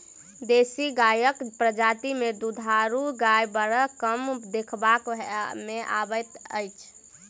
देशी गायक प्रजाति मे दूधारू गाय बड़ कम देखबा मे अबैत अछि